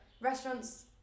Restaurants